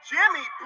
Jimmy